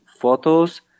photos